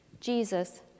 Jesus